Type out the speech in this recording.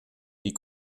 die